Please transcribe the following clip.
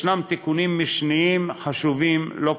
יש בהצעת החוק תיקונים משניים חשובים לא פחות.